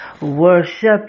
Worship